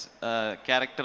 character